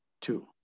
two